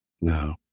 No